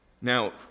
Now